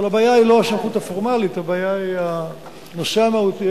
אבל הבעיה היא לא הסמכות הפורמלית אלא הנושא המהותי,